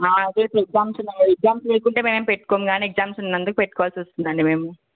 అదే ఎగ్జామ్స్ ఉన్నాయి ఎగ్జామ్స్ ఉన్నాయి లేకుంటే మేము ఏమి పెట్టుకోము కానీ ఎగ్జామ్స్ ఉన్నందుకు పెట్టుకోవాల్సి వస్తుంది అండి మేము